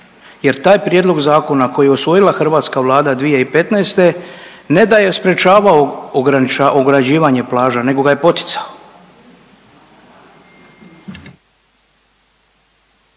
jer taj prijedlog zakona koji je usvojila hrvatska Vlada 2015. ne da je sprječavao ograđivanje plaža nego ga je poticao.